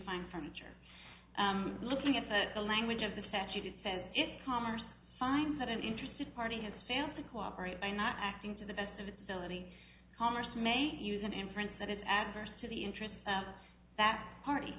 fine furniture looking at the language of the statute it says it commerce finds that an interested party has failed to cooperate by not acting to the best of its ability commerce may use an inference that is adverse to the interests of that party